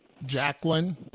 Jacqueline